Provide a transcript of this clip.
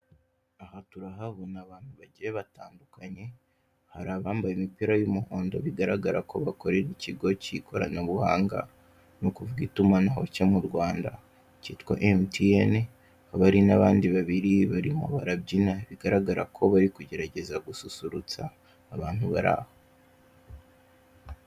Aha turahabona abantu bagiye batandukanye, hari abambaye imipira y'umuhondo bigaragara ko bakorera ikigo cy'ikoranabuhanga, ni ukuvuga itumanaho cyo mu Rwanda cyitwa Emutiyeni, hakaba hari n'abandi babiri barimo barabyina, bigaragara ko bari kugerageza gususurutsa abantu bari aho.